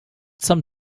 some